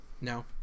No